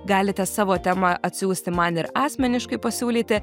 galite savo temą atsiųsti man ir asmeniškai pasiūlyti